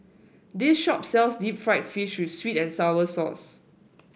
this shop sells Deep Fried Fish with sweet and sour sauce